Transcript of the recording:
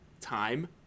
time